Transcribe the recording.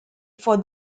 for